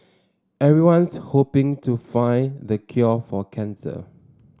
everyone's hoping to find the cure for cancer